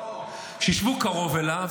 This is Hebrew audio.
שישבו קרוב אליו,